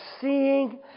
seeing